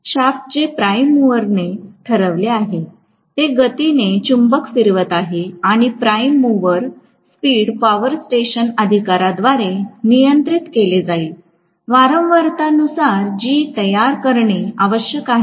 shaft जे prime मूव्हरने ठरवले आहे ते गतीने चुंबक फिरवत आहे आणि prime mover speed power station अधिकाराद्वारे नियंत्रित केले जाईल वारंवारता नुसार जी तयार करणे आवश्यक आहे